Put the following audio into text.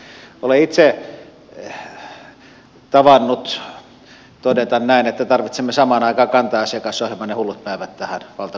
olen itse tavannut todeta näin että tarvitsemme samaan aikaan kanta asiakasohjelman ja hullut päivät tähän valtakuntaan